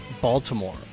Baltimore